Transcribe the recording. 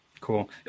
Cool